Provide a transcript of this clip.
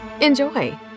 Enjoy